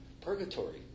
purgatory